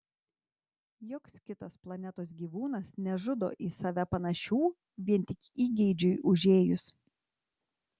joks kitas planetos gyvūnas nežudo į save panašių vien tik įgeidžiui užėjus